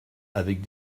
avec